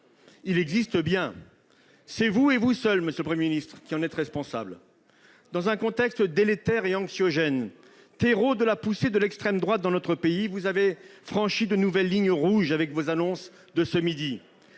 existe bien ! C'est vous et vous seul, monsieur le Premier ministre, qui en êtes responsable ! Dans un contexte délétère et anxiogène, terreau de la poussée de l'extrême droite dans notre pays, vous avez franchi de nouvelles lignes rouges avec les annonces que vous